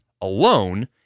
alone